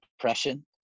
depression